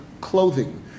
clothing